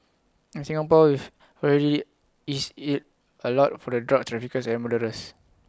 in Singapore we've already eased IT A lot for the drug traffickers and murderers